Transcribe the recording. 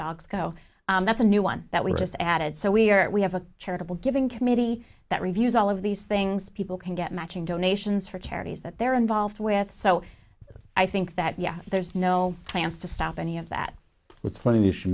dogs go that's a new one that we just added so we're we have a charitable giving committee that reviews all of these things people can get matching donations for charities that they're involved with so i think that yeah there's no plans to stop any of that it's funny you should